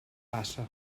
passa